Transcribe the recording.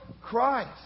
Christ